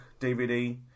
DVD